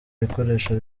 ibikoresho